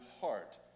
heart